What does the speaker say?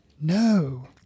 No